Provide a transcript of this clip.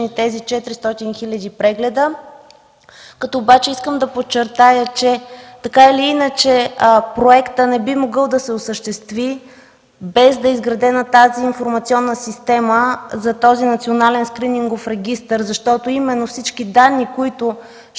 тези 400 000 прегледа. Обаче искам да подчертая, че така или иначе проектът не би могъл да се осъществи, без да е изградена тази информационна система за Националния скринингов регистър, защото всички данни от